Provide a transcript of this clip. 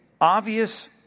obvious